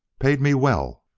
paid me well.